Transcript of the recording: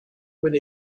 with